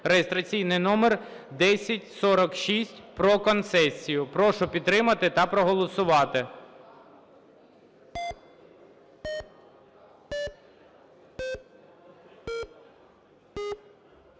(реєстраційний номер 1046) про концесію. Прошу підтримати та проголосувати.